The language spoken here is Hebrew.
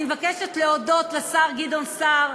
אני מבקשת להודות לשר גדעון סער,